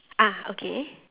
ah okay